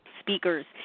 speakers